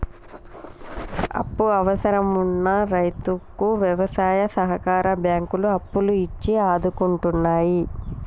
అప్పు అవసరం వున్న రైతుకు వ్యవసాయ సహకార బ్యాంకులు అప్పులు ఇచ్చి ఆదుకుంటున్నాయి